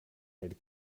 had